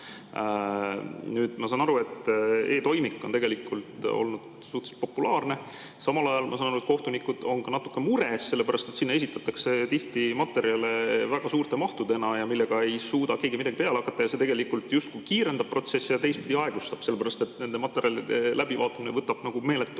Ma saan aru, et e‑toimik on olnud suhteliselt populaarne. Samal ajal ma saan aru, et kohtunikud on natuke mures, sellepärast et sinna esitatakse tihti väga suures mahus materjale, millega ei suuda keegi midagi peale hakata. See tegelikult justkui kiirendab protsessi ja teistpidi aeglustab, sellepärast et nende materjalide läbivaatamine võtab meeletu